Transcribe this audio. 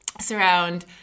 surround